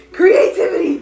creativity